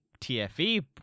TFE